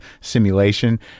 simulation